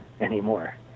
anymore